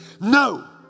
no